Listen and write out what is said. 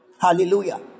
Hallelujah